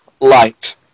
light